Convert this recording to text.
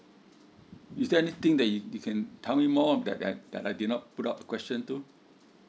is there anything that you you can tell me more of that that that I did not put up question to